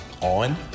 on